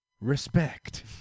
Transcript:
respect